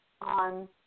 on